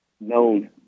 known